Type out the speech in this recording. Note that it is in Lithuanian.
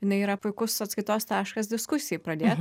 jinai yra puikus atskaitos taškas diskusijai pradėt